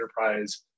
enterprise